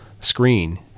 screen